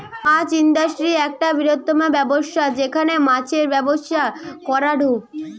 মাছ industry একটা বৃহত্তম ব্যবসা যেখানে মাছের ব্যবসা করাঢু